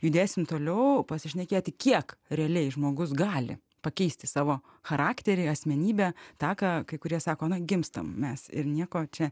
judėsim toliau pasišnekėti kiek realiai žmogus gali pakeisti savo charakterį asmenybę tą ką kai kurie sako na gimstam mes ir nieko čia